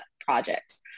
projects